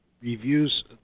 reviews